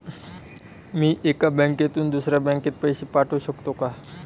मी एका बँकेतून दुसऱ्या बँकेत पैसे पाठवू शकतो का?